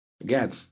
Again